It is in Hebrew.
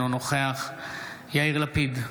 אינו נוכח יאיר לפיד,